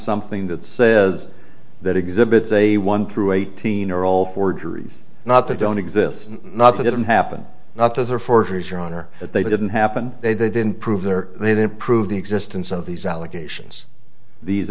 something that says that exhibit is a one through eighteen are all forgeries not that don't exist and not they didn't happen not those are forgeries your honor that they didn't happen they didn't prove there they didn't prove the existence of these allegations these